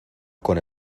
con